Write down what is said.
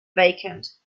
vacant